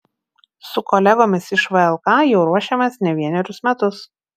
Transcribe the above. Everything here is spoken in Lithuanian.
su kolegomis iš vlk jai ruošėmės ne vienerius metus